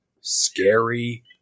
scary